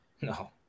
No